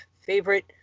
favorite